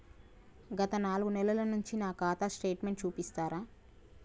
గత నాలుగు నెలల నుంచి నా ఖాతా స్టేట్మెంట్ చూపిస్తరా?